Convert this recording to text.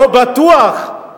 ולא בטוח,